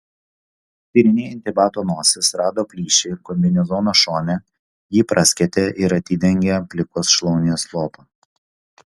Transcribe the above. tyrinėjanti bato nosis rado plyšį kombinezono šone jį praskėtė ir atidengė plikos šlaunies lopą